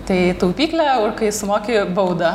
tai taupyklė kai sumoki baudą